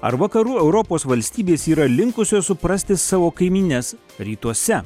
ar vakarų europos valstybės yra linkusios suprasti savo kaimynes rytuose